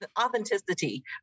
authenticity